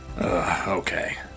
Okay